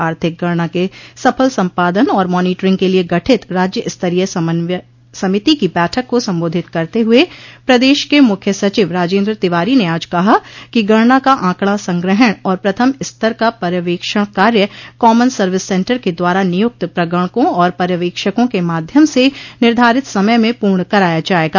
आर्थिक गणना के सफल संपादन और मानीटरिंग के लिये गठित राज्यस्तरीय समन्वय समिति की बैठक को संबोधित करते हुए प्रदेश के मुख्य सचिव राजेन्द्र तिवारी ने आज कहा कि गणना का आंकड़ा संग्रहण और प्रथम स्तर का पर्यवेक्षण कार्य कॉमन सर्विस सेन्टर के द्वारा नियुक्त प्रगणकों और पर्यवेक्षकों के माध्यम से निर्धारित समय में पूर्ण कराया जायेगा